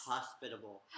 Hospitable